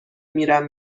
میرم